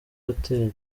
hoteli